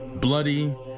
bloody